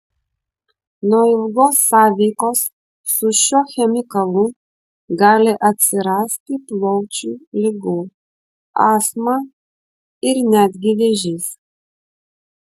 nuo ilgos sąveikos su šiuo chemikalu gali atsirasti plaučių ligų astma ir netgi vėžys